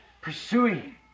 pursuing